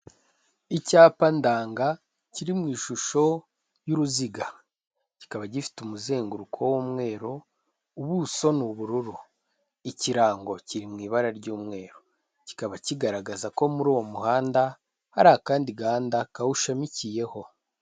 Icyapa ndanga, kiri mu ishusho y'uruziga, kikaba gifite umuzenguruko w'umweru, ubuso ni ubururu, ikirango kiri ibara ry'umweru, kikaba kigaragaza ko muri uwo muhanda hari akandi ganda kawushamikiyeho.